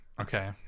Okay